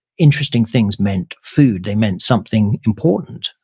interesting things meant food, they meant something important.